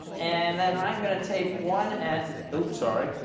and then i'm going to tape one end oops. sorry.